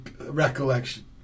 recollection